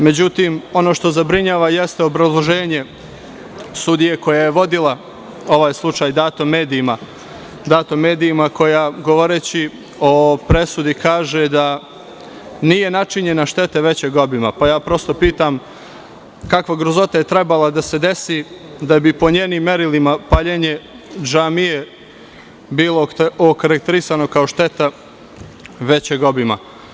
Međutim, ono što zabrinjava jeste obrazloženje sudije koja je vodila ovaj slučaj, dat u medijima koja govoreći o presudi kaže da nije načinjena šteta većeg obima, pa ja prosto pitam – kakva grozota je trebala da se desi da bi, po njenim merilima, paljenje džamije bilo okarakterisano kao šteta većeg obima?